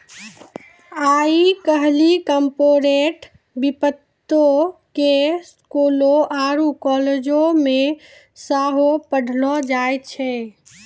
आइ काल्हि कार्पोरेट वित्तो के स्कूलो आरु कालेजो मे सेहो पढ़ैलो जाय छै